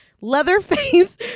Leatherface